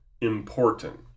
important